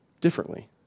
differently